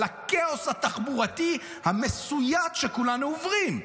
על הכאוס התחבורתי המסויט שכולנו עוברים.